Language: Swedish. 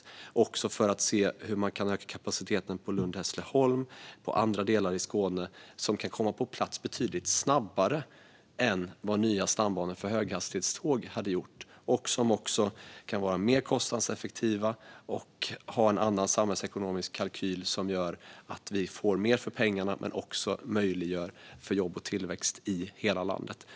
Där kan man också se hur man kan öka kapaciteten på Lund-Hässleholm och andra delar i Skåne som kan komma på plats betydligt snabbare än vad nya stambanor för höghastighetståg hade gjort. De kan också vara mer kostnadseffektiva och ha en annan samhällsekonomisk kalkyl som gör att vi får mer för pengarna och möjliggör jobb och tillväxt i hela landet.